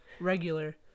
regular